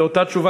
באותה תשובה,